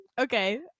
Okay